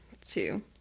two